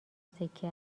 سکه